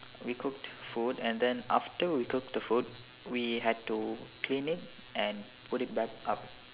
we cooked food and then after we cooked the food we had to clean it and put it back up